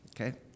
okay